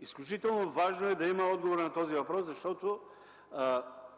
Изключително важно е да има отговор на този въпрос, защото